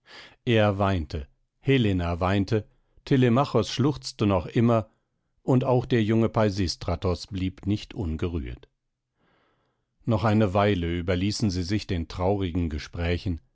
er weinte helena weinte telemachos schluchzte noch immer und auch der junge peisistratos blieb nicht ungerührt noch eine weile überließen sie sich den traurigen gesprächen